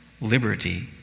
liberty